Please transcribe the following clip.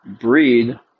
breed